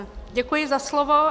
Děkuji za slovo.